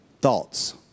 thoughts